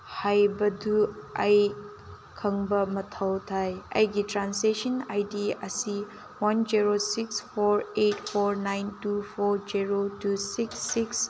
ꯍꯥꯏꯕꯗꯨ ꯑꯩ ꯈꯪꯕ ꯃꯊꯧ ꯇꯥꯏ ꯑꯩꯒꯤ ꯇ꯭ꯔꯥꯟꯖꯦꯛꯁꯟ ꯑꯥꯏ ꯗꯤ ꯑꯁꯤ one zero six four eight four nine two four zero two six six